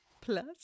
Plus